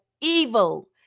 evil